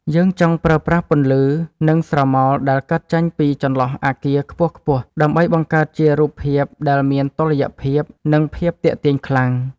យើងចង់ប្រើប្រាស់ពន្លឺ និងស្រមោលដែលកើតចេញពីចន្លោះអាគារខ្ពស់ៗ ដើម្បីបង្កើតជារូបភាពដែលមានតុល្យភាព និងភាពទាក់ទាញខ្លាំង។